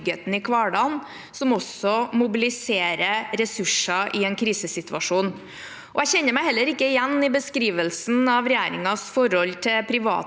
som også må mobilisere ressurser i en krisesituasjon. Jeg kjenner meg heller ikke igjen i beskrivelsen av regjeringens forhold til private